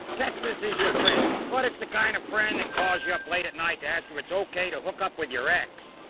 texas is your friend, but it's the kind of friend that calls you up late at night to ask if it's ok to hook up with your ex,